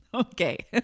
Okay